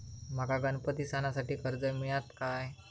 माका गणपती सणासाठी कर्ज मिळत काय?